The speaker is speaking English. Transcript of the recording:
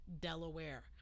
Delaware